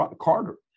Carter